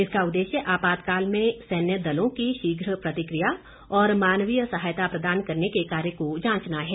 इसका उद्देश्य आपातकाल में सैन्य दलों की शीघ्र प्रतिक्रिया और मानवीय सहायता प्रदान करने के कार्य को जांचना है